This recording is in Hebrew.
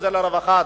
כל עוד זה לרווחה,